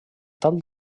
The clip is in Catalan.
tal